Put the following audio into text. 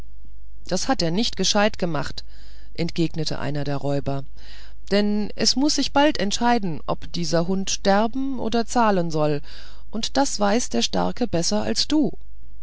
das hat er nicht gescheit gemacht entgegnete einer der räuber denn es muß sich bald entscheiden ob dieser hund sterben oder zahlen soll und das weiß der starke besser als du